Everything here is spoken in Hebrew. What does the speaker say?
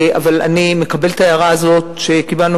אבל אני מקבלת את ההערה הזאת שקיבלנו